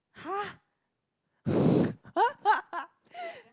!huh!